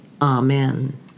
Amen